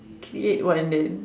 create one then